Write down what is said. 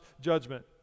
judgment